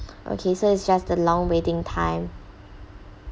okay so it's just the long waiting time